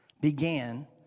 began